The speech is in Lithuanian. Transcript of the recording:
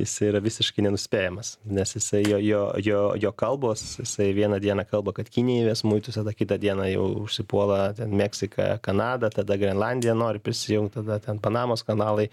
jis yra visiškai nenuspėjamas nes jisai jo jo jo jo kalbos jisai vieną dieną kalba kad kinija įves muitus tada kitą dieną jau užsipuola meksika kanada tada grenlandija nori prisijungti tada ten panamos kanalai